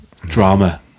Drama